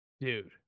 Dude